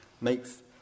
makes